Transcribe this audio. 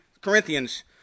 Corinthians